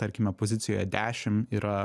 tarkime pozicijoje dešim yra